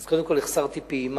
אז קודם כול החסרתי פעימה.